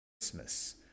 Christmas